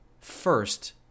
first